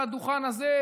מעל הדוכן הזה,